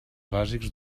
bàsics